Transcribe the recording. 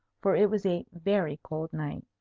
for it was a very cold night.